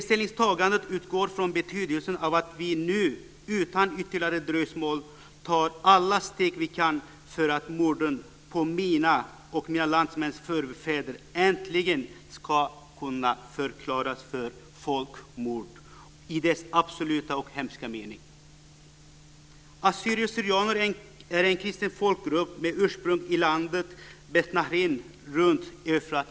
Ställningstagandet utgår från betydelsen av att vi nu utan ytterligare dröjsmål tar alla steg vi kan för att morden på mina och mina landsmäns förfäder äntligen ska kunna förklaras för folkmord i dess absoluta och hemska mening.